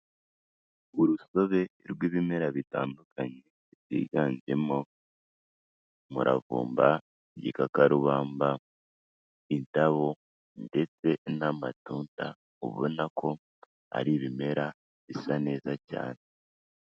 Urusobe rw'ibimera bitandukanye. Byiganjemo umuravumba, igikakarubamba, indabo, ndetse n'amatunda, ubona ko ari ibimera, bisa neza cyane.